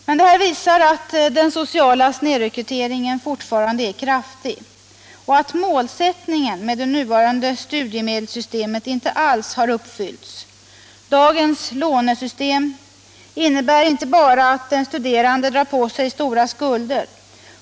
Allt detta visar att den sociala snedrekryteringen fortfarande är kraftig och att målsättningen med det nuvarande studiemedelssystemet inte alls har uppfyllts. Dagens lånesystem innebär inte bara att den studerande drar på sig stora skulder.